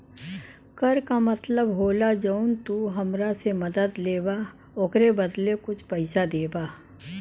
कर का मतलब होला जौन तू हमरा से मदद लेबा ओकरे बदले कुछ पइसा देबा